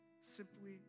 simply